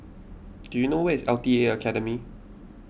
do you know where is L T A Academy